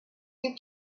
you